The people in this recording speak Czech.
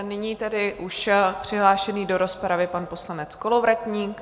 Nyní už přihlášený do rozpravy pan poslanec Kolovratník.